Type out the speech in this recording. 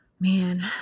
Man